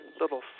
little